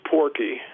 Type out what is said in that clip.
Porky